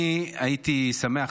אני הייתי שמח,